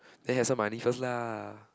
then have some money first lah